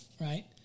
right